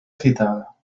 citada